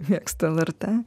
mėgstu lrt